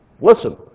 listen